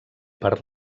per